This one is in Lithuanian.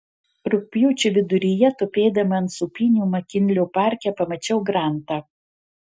rugpjūčio viduryje tupėdama ant sūpynių makinlio parke pamačiau grantą